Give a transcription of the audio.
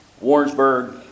Warrensburg